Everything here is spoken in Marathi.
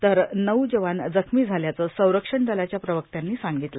तर नऊ जवान जखमी झाल्याचं संरक्षण दलाच्या प्रवक्त्यांनी सांगितलं